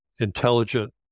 intelligent